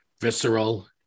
visceral